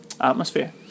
atmosphere